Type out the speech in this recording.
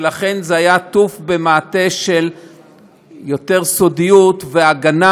ולכן זה היה עטוף יותר במעטה של סודיות והגנה,